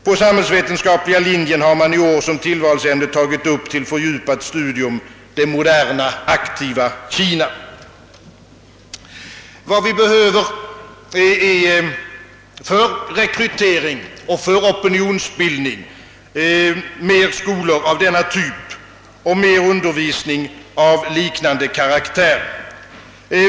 På samhällsvetenskapliga linjen har man i år som tillvalsämne tagit upp till fördjupat studium »Det moderna aktiva Kina». Vad vi behöver för rekrytering och opinionsbildning är fler skolor av denna typ och mer undervisning av liknande karaktär.